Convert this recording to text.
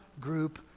group